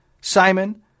Simon